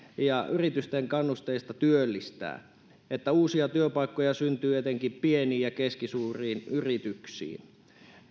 ja yritysten kannusteista työllistää että uusia työpaikkoja syntyy etenkin pieniin ja keskisuuriin yrityksiin